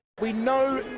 we know,